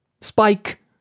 spike